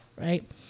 Right